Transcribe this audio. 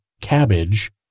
cabbage